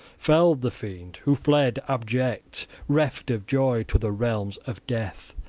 felled the fiend, who fled abject, reft of joy, to the realms of death,